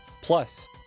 plus